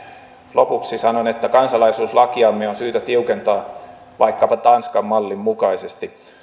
lopuksi sanon että kansalaisuuslakiamme on syytä tiukentaa vaikkapa tanskan mallin mukaisesti